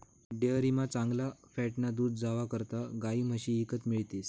डेअरीमा चांगला फॅटनं दूध जावा करता गायी म्हशी ईकत मिळतीस